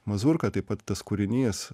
mazurka taip pat tas kūrinys